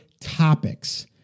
topics